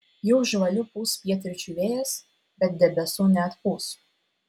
jau žvaliu pūs pietryčių vėjas bet debesų neatpūs